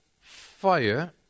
fire